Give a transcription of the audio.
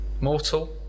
Mortal